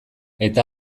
eta